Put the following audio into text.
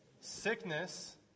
sickness